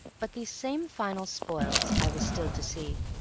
but these same final spoils i was still to see,